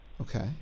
Okay